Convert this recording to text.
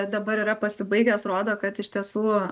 dabar yra pasibaigęs rodo kad iš tiesų